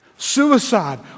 Suicide